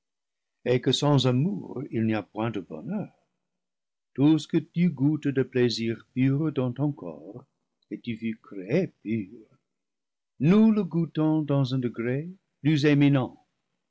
et que sans amour il n'y a point de bonheur tout ce que tu goûtes de plaisir pur dans ton corps et tu fus créé pur nous le goûtons dans un degré plus